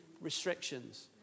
restrictions